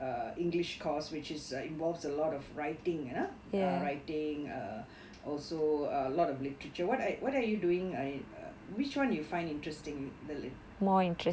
a english course which is a involves a lot of writing ah uh writing uh also a lot of literature what I what are you doing in uh which [one] you find interesting the li~